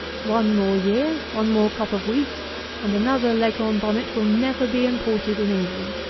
one more year one more crop of wheat and another leghorn bonnet will never be imported in england.